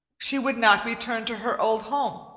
she would not return to her old home.